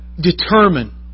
determine